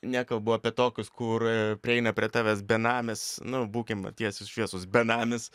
nekalbu apie tokius kur prieina prie tavęs benamis nu būkim tiesūs šviesūs benamis